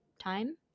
time